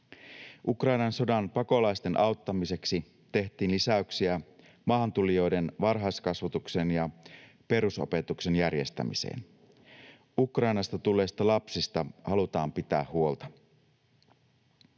Ukrainan sodan pakolaisten auttamiseksi tehtiin lisäyksiä maahantulijoiden varhaiskasvatuksen ja perusopetuksen järjestämiseen. Ukrainasta tulleista lapsista halutaan pitää huolta.